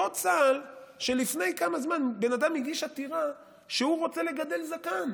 אותו צה"ל שלפני כמה זמן בן אדם הגיש עתירה שהוא רוצה לגדל זקן.